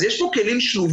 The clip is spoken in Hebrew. אז יש פה כלים שלובים.